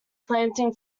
planting